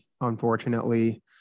unfortunately